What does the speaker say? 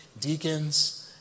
deacons